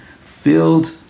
filled